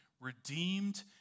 redeemed